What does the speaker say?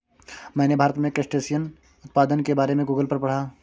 मैंने भारत में क्रस्टेशियन उत्पादन के बारे में गूगल पर पढ़ा